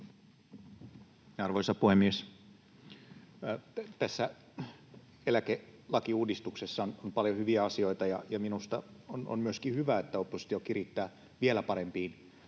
Arvoisa puhemies! Tässä eläkelakiuudistuksessa on paljon hyviä asioita, ja minusta on myöskin hyvä, että oppositio kirittää vielä parempiin